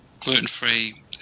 gluten-free